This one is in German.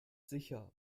sicher